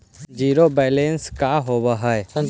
Zero balance का होव हइ?